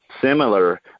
similar